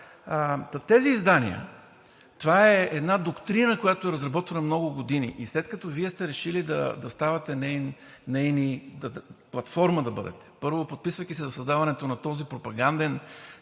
тези издания – това е една доктрина, която е разработвана много години, и след като Вие сте решили да ставате нейни..., платформа да бъдете – първо, подписвайки се за създаването на този пропаганден